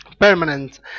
Permanent